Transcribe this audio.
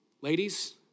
Ladies